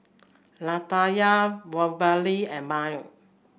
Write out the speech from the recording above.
Latanya Waverly and Myer